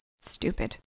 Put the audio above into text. stupid